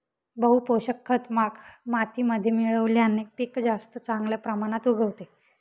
बहू पोषक खत मातीमध्ये मिळवल्याने पीक जास्त चांगल्या प्रमाणात उगवते